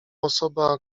osoba